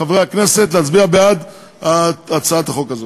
מחברי הכנסת להצביע בעד הצעת החוק הזאת.